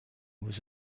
was